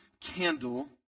candle